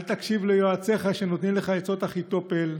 אל תקשיב ליועציך שנותנים לך עצות אחיתופל,